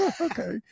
okay